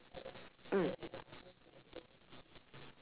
mm